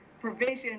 provision